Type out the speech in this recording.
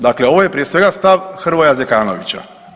Dakle, ovo je prije svega stav Hrvoja Zekanovića.